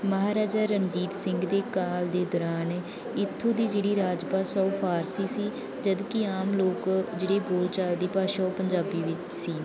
ਮਹਾਰਾਜਾ ਰਣਜੀਤ ਸਿੰਘ ਦੇ ਕਾਲ ਦੇ ਦੌਰਾਨ ਇੱਥੋਂ ਦੀ ਜਿਹੜੀ ਰਾਜ ਭਾਸ਼ਾ ਉਹ ਫਾਰਸੀ ਸੀ ਜਦੋਂ ਕਿ ਆਮ ਲੋਕ ਜਿਹੜੇ ਬੋਲਚਾਲ ਦੀ ਭਾਸ਼ਾ ਉਹ ਪੰਜਾਬੀ ਵਿੱਚ ਸੀ